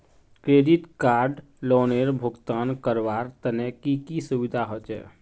Credit card लोनेर भुगतान करवार तने की की सुविधा होचे??